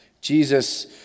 Jesus